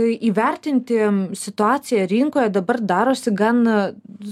įvertinti situaciją rinkoje dabar darosi gan